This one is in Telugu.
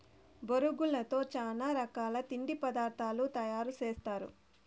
బొరుగులతో చానా రకాల తిండి పదార్థాలు తయారు సేస్తారు